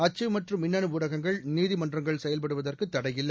அச்சு மற்றும் மின்னணு ஊடகங்கள் நீதிமன்றங்கள் செயல்படுவதற்கு தடையில்லை